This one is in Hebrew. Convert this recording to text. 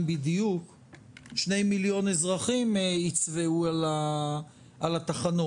בדיוק 2 מיליון אזרחים יצבאו על התחנות.